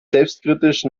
selbstkritisch